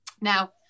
now